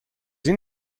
این